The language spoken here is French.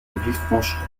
villefranche